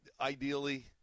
ideally